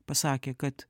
pasakė kad